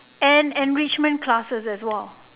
and enrichment classes as well